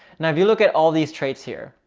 now if you look at all these traits here,